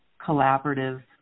collaborative